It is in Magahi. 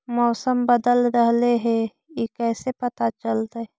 मौसम बदल रहले हे इ कैसे पता चलतै?